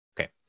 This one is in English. Okay